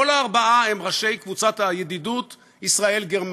כל הארבעה הם ראשי קבוצת הידידות ישראל-גרמניה.